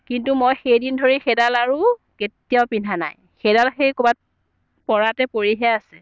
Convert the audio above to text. কিন্তু মই সেইদিন ধৰি সেইডাল আৰু কেতিয়াও পিন্ধা নাই সেইডাল সেই ক'ৰবাত পৰাতে পৰিহে আছে